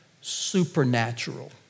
supernatural